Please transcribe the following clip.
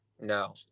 no